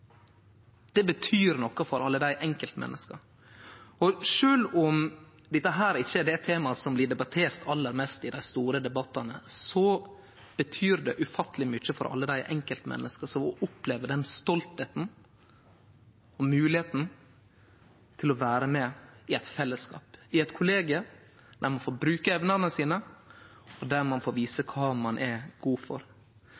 Det betyr noko for alle dei enkeltmenneska. Og sjølv om dette ikkje er det temaet som blir debattert aller mest i dei store debattane, betyr det ufatteleg mykje for alle dei enkeltmenneska som opplever den stoltheita og moglegheita til å vere med i eit fellesskap, i eit kollegium der ein får bruke evnene sine, og der ein får vise